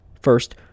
First